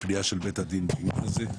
הפניה של בית הדין בעניין הזה,